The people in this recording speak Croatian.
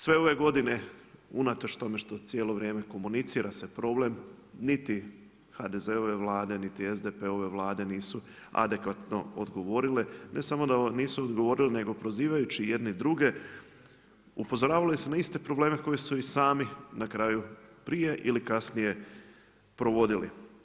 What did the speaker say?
Sve ove godine unatoč tome što cijelo vrijeme komunicira se problem niti HDZ-ove vlade niti SDP-ove vlade nisu adekvatno odgovorile, ne samo da nisu odgovorile nego prozivajući jedni druge upozoravali su na iste probleme koji su sami na kraju prije ili kasnije provodili.